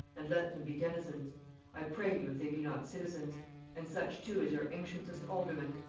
and let them be denizens i pray you if they be not citizens and such too as your ancientest aldermen,